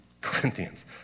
Corinthians